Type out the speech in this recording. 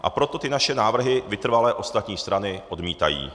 A proto ty naše návrhy vytrvale ostatní strany odmítají.